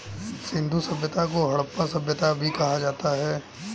सिंधु सभ्यता को हड़प्पा सभ्यता भी कहा जाता है